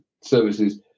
services